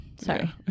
Sorry